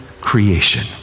creation